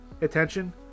attention